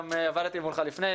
גם עבדתי מולך לפני,